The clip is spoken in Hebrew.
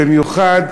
במיוחד,